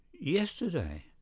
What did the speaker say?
yesterday